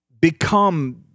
become